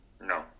No